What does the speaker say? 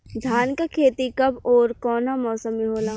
धान क खेती कब ओर कवना मौसम में होला?